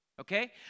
Okay